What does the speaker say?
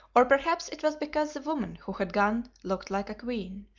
or perhaps it was because the woman who had gone looked like a queen.